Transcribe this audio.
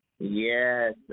Yes